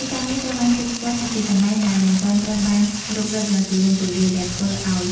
ទីតាំងនេះត្រូវបានគេស្គាល់ថាជាកន្លែងដែលមិនទាន់ត្រូវបានរុករកយ៉ាងទូលំទូលាយ ដែលធ្វើឲ្យ